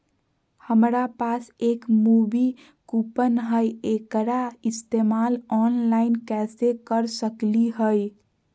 हमरा पास एक मूवी कूपन हई, एकरा इस्तेमाल ऑनलाइन कैसे कर सकली हई?